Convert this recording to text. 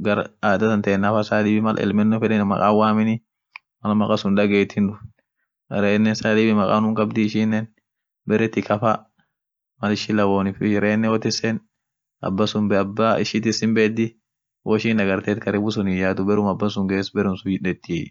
gar aadha tantena saa diibi maal elmeno feden maqan waameni, maal maqa sun dageet hinduf, reenen saa dibi maqa unum kabdi ishenen, bere tikka fa, mal ishin lawonif iyo reenen wotissen abasun aba ishi ti'ss himbeedi woishin dagarteetkaribu suni hin' yaatu barum abbasun gess barumsun deetiey.